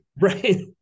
Right